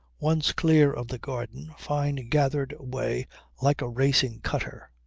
once clear of the garden fyne gathered way like a racing cutter.